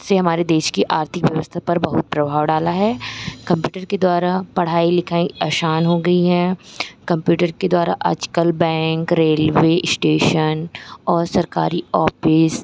से हमारे देश की आर्थिक व्यवस्था पर बहुत प्रभाव डाला है कंप्युटर के द्वारा पढ़ाई लिखाई असान हो गई हैं कंप्युटर के द्वारा आज कल बैंक रेल्वे इस्टेशन और सरकारी ऑफिस